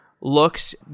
looks